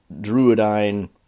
Druidine